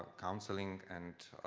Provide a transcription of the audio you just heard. counseling and